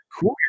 cool